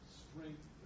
strength